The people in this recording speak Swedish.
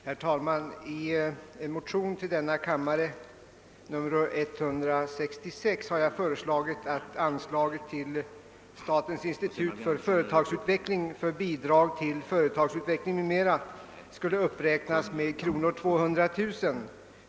Herr talman! I en motion II: 166 har jag föreslagit att anslaget till Statens institut för företagsutveckling: Bidrag till främjande av företagsutveckling m.m. skulle uppräknas med 200 000 kr.